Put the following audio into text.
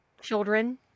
children